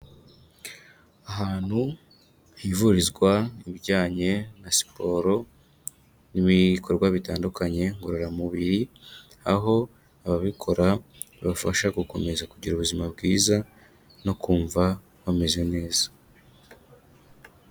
Ahantu hivurizwa ibijyanye na siporo n'ibikorwa bitandukanye ngororamubiri, aho ababikora bibafasha gukomeza kugira ubuzima bwiza no kumva bameze neza.